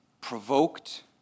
provoked